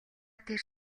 тэр